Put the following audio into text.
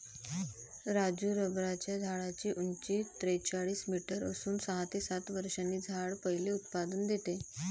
राजू रबराच्या झाडाची उंची त्रेचाळीस मीटर असून सहा ते सात वर्षांनी झाड पहिले उत्पादन देते